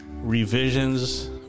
revisions